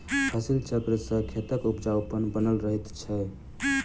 फसिल चक्र सॅ खेतक उपजाउपन बनल रहैत छै